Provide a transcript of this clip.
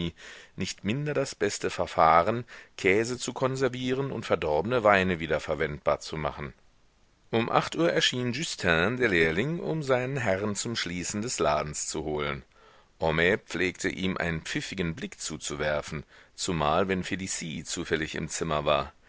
nicht minder das beste verfahren käse zu konservieren und verdorbne weine wieder verwendbar zu machen um acht uhr erschien justin der lehrling um seinen herrn zum schließen des ladens zu holen homais pflegte ihm einen pfiffigen blick zuzuwerfen zumal wenn felicie zufällig im zimmer war